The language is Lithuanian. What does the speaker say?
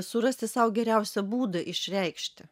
surasti sau geriausią būdą išreikšti